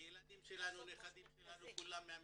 הילדים שלנו, הנכדים שלנו כולם מהמרכז.